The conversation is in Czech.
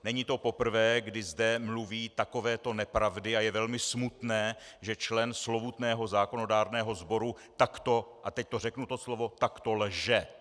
Není to poprvé, kdy zde mluví takovéto nepravdy, a je velmi smutné, že člen slovutného zákonodárného sboru takto a teď řeknu to slovo takto lže.